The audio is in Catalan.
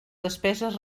despeses